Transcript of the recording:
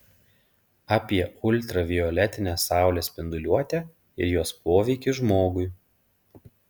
apie ultravioletinę saulės spinduliuotę ir jos poveikį žmogui